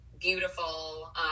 beautiful